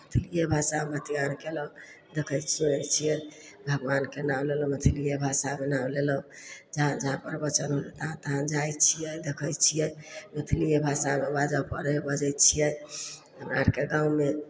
मैथिलिए भाषामे बतियान कयलहुँ देखै सुनै छियै भगवानके नाम लेलहुँ मैथिलिए भाषामे नाम लेलहुँ जहाँ जहाँ प्रवचन तहाँ तहाँ जाइ छियै देखै छियै मैथिलिए भाषामे बाजय पड़ै हइ बजै छियै हमरा आरके गाँवमे